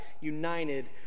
united